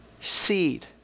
seed